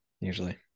usually